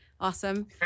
Awesome